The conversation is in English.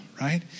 right